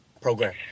program